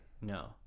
No